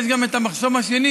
יש גם את המחסום השני,